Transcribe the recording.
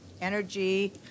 Energy